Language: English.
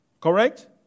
Correct